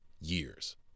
years